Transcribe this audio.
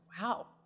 Wow